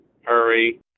Hurry